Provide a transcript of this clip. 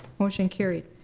motion carried.